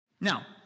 Now